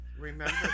remember